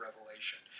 revelation